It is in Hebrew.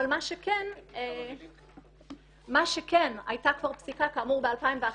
אבל מה שכן, הייתה כבר פסיקה כאמור ב-2011,